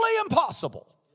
impossible